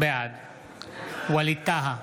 בעד ווליד טאהא,